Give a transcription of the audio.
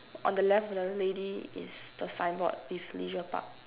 on the left of the lady is the signboard with Leisure Park